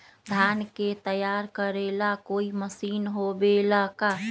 धान के तैयार करेला कोई मशीन होबेला का?